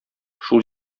шул